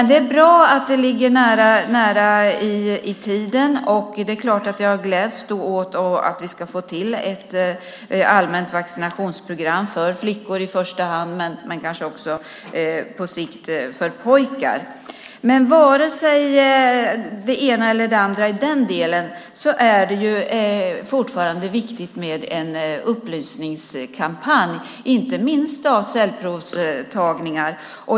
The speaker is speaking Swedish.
Det är bra att det ligger nära i tiden. Det är klart att jag gläds åt att vi ska få till ett allmänt vaccinationsprogram för flickor i första hand, men kanske också på sikt för pojkar. Vare sig det blir det ena eller det andra i den delen är det fortfarande viktigt med en upplysningskampanj, inte minst om cellprovstagningar.